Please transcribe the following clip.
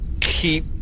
keep